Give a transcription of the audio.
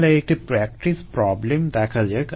তাহলে একটি practice problem দেখা যাক